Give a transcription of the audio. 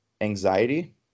anxiety